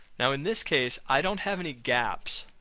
now in this case, i don't have any gaps.